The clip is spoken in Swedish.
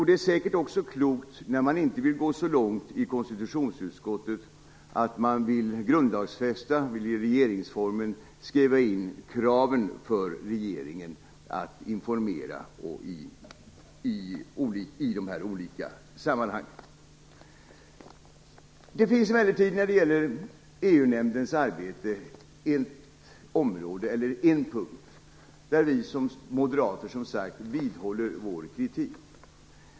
Det är säkert också klokt när man i konstitutionsutskottet inte vill gå så långt som till att grundlagsfästa och i regeringsformen skriva in kraven för regeringen att informera i de här olika sammanhangen. När det gäller EU-nämndens arbete finns det emellertid en punkt där vi moderater som sagt vidhåller vår kritik.